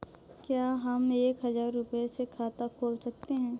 क्या हम एक हजार रुपये से खाता खोल सकते हैं?